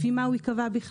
לפי מה הוא יקבע בכלל?